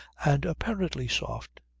and apparently soft.